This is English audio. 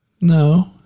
No